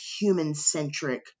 human-centric